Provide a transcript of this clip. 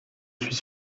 suis